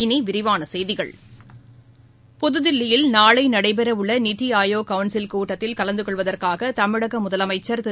இனி விரிவான செய்திகள் புதுதில்லியில் நாளை நடைபெறவுள்ள நித்தி ஆயோக் கவுன்சில் கூட்டத்தில் கலந்து கொள்வதற்காக தமிழக முதலமைச்சர் திரு